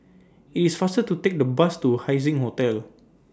IT IS faster to Take The Bus to Haising Hotel